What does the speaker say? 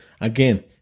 again